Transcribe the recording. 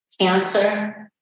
Cancer